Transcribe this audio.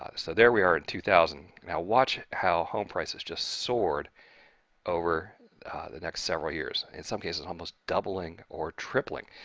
ah so there we are in two thousand. now, watch how home prices just soared over the next several years in some cases almost doubling or tripling.